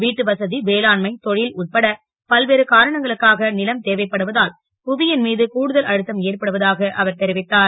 வீட்டு வச வேளாண்மை தொ ல் உட்பட பல்வேறு காரணங்களுக்காக லம் தேவைப்படுவதால் புவி ன் மீது கூடுதல் அழுத்தம் ஏற்படுவதாக அவர் தெரிவித்தார்